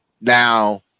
now